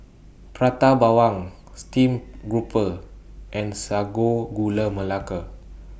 Prata Bawang Steamed Grouper and Sago Gula Melaka